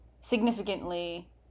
significantly